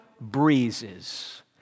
breezes